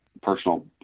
personal